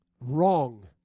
Wrong